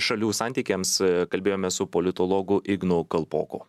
šalių santykiams kalbėjomės su politologu ignu kalpoku